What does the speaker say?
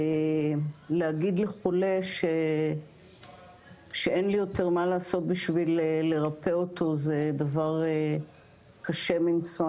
להגיד לחולה שאין לי יותר מה לעשות בשביל לרפא אותו זה דבר קשה מנשוא,